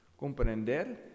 Comprender